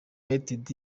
united